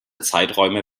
zeiträume